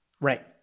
right